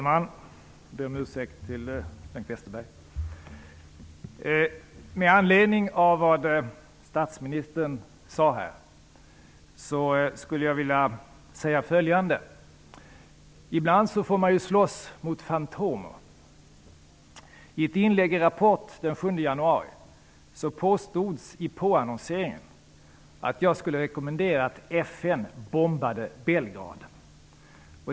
Fru talman! Med anledning av vad statsministern sade här skulle jag vilja säga följande: Ibland får man slåss mot fantomer. I ett inslag i Rapport den 7 januari påstods i påannonseringen att jag skulle ha rekommenderat FN att bomba Belgrad.